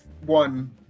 one